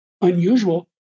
unusual